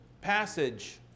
passage